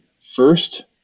first